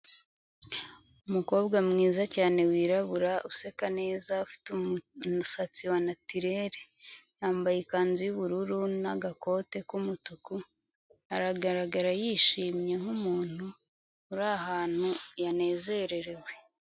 Umukobwa mwiza cyane wirabura useka neza, ufite umusatsi wa natirere. Yambaye ikanzu y'ubururu n'agakote k'umutuku, aragaragara yishimye nk'umuntu uri ahantu yanezererewe.